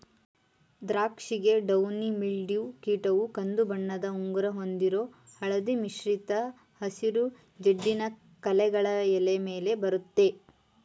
ದ್ರಾಕ್ಷಿಗೆ downy mildew ಕೀಟವು ಕಂದುಬಣ್ಣದ ಉಂಗುರ ಹೊಂದಿರೋ ಹಳದಿ ಮಿಶ್ರಿತ ಹಸಿರು ಜಿಡ್ಡಿನ ಕಲೆಗಳು ಎಲೆ ಮೇಲೆ ಬರತ್ತೆ